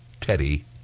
Teddy